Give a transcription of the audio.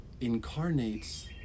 incarnates